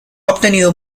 obtenido